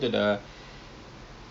morning will be best tapi